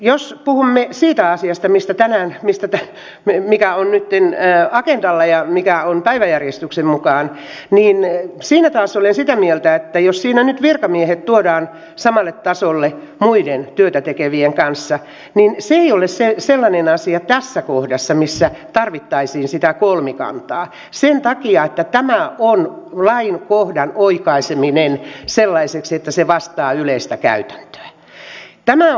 jos puhumme siitä asiasta mikä on nytten agendalla päiväjärjestyksen mukaan siitä taas olen sitä mieltä että jos siinä nyt virkamiehet tuodaan samalle tasolle muiden työtätekevien kanssa niin se ei ole sellainen asia tässä kohdassa missä tarvittaisiin sitä kolmikantaa sen takia että tämä on lain kohdan oikaisemista sellaiseksi että se vastaa yleistä käytäntöä